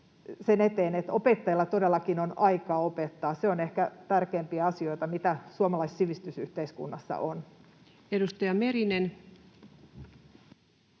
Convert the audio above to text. sen eteen, että opettajilla todellakin on aikaa opettaa? Se on ehkä tärkeimpiä asioita, mitä suomalaisessa sivistysyhteiskunnassa on. [Speech